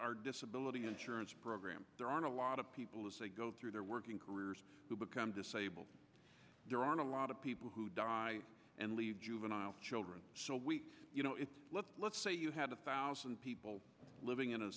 our disability insurance program there are a lot of people as they go through their working careers who become disabled there are a lot of people who die and leave juvenile children so we you know it's look let's say you had a thousand people living in a